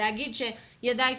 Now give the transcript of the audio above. ולהגיד פה שידיו כבולות.